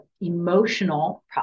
emotional